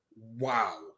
wow